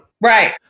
Right